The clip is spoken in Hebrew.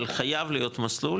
אבל חייב להיות מסלול,